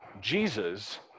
Jesus